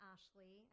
Ashley